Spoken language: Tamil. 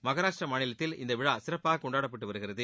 மாராஷ்டிர மாநிலத்தில் இந்த விழா சிறப்பாக கொண்டாடப்பட்டு வருகிறது